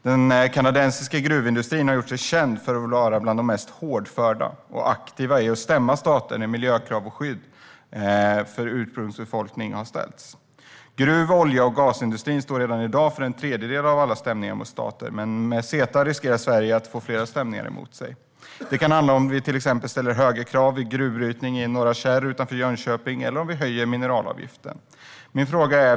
Den kanadensiska gruvindustrin har gjort sig känd för att vara den mest hårdföra och aktiva i att stämma stater när krav har ställts på skydd av miljö och ursprungsbefolkning. Gruv-, olje och gasindustrin står redan i dag för en tredjedel av alla stämningar mot stater, men med CETA riskerar Sverige att få flera stämningar mot sig. Det kan handla om att vi ställer högre krav på gruvbrytningen i Norra Kärr utanför Jönköping eller om att vi höjer mineralavgiften.